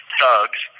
thugs